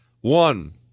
One